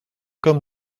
comme